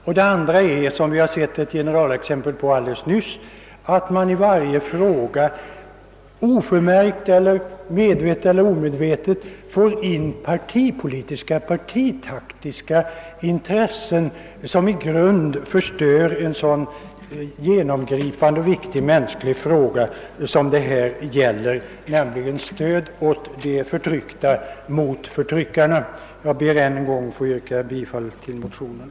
För det andra — och här har det alldeles nyss givits ett mönsterexempel på detta — för man i varje fråga in oförmärkt, medvetet eller omedvetet, partipolitiska och partitaktiska intressen som i grunden förstör behandlingen av en så genomgripande och viktig mänsklig fråga som det nu gäller, nämligen stöd åt de förtryckta gentemot förtryckarna. Jag ber att ännu en gång få yrka bifall till motionsparet.